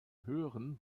hören